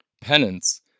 Penance